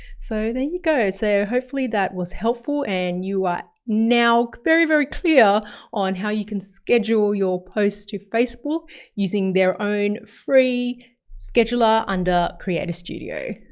so there you go. so hopefully that was helpful. and you are now very, very clear on how you can schedule your post to facebook using their own free scheduler under creator studio.